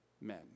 men